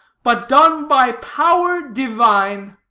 but done by power divine